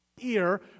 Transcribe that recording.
ear